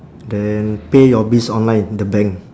then pay your bills online the bank